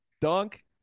dunk